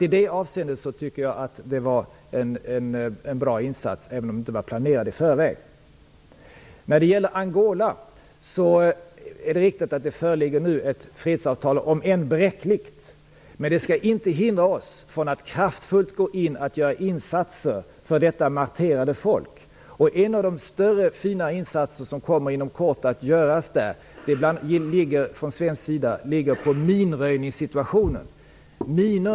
I det avseendet var det en bra insats, även om den inte var planerad i förväg. När det gäller Angola är det riktigt att det föreligger ett fredsavtal, om än bräckligt. Det skall inte hindra oss från att kraftfullt gå in för att göra insatser för detta marterade folk. En av de större insatser som inom kort kommer att göras där från svensk sida gäller minröjningssituationen.